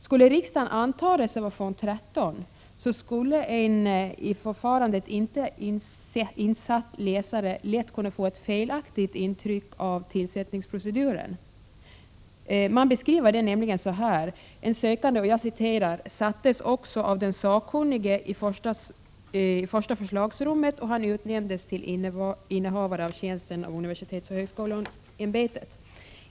Skulle riksdagen bifalla reservation 13, skulle en i förfarandet inte insatt läsare lätt kunna få ett felaktigt intryck av tjänstetillsättningsproceduren. Man skriver nämligen där att den sökande ”sattes också av den sakkunnige i första 85 förslagsrummet och han utnämndes till innehavare av tjänsten av UHÄ.